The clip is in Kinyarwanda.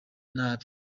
nabi